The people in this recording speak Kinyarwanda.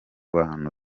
bantu